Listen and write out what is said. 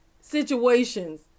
Situations